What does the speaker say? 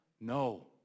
No